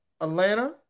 Atlanta